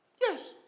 Yes